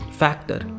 factor